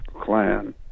clan